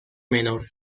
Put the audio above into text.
menor